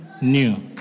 new